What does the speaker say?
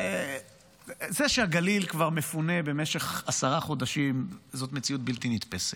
זה שהגליל כבר מפונה במשך עשרה חודשים זאת מציאות בלתי נתפסת,